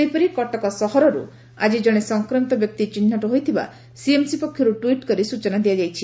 ସେହିପରି କଟକ ସହରରୁ ଆଜି କଣେ ସଂକ୍ରମିତ ବ୍ୟକ୍ତି ଚିହ୍ବଟ ହୋଇଥିବା ସିଏମ୍ସି ପକ୍ଷରୁ ଟ୍ୱିଟ୍ କରି ସୂଚନା ଦିଆଯାଇଛି